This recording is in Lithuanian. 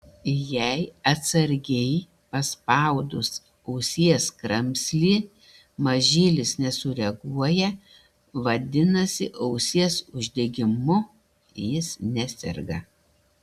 jei atsargiai paspaudus ausies kramslį mažylis nesureaguoja vadinasi ausies uždegimu jis neserga